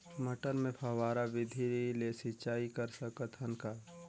मटर मे फव्वारा विधि ले सिंचाई कर सकत हन का?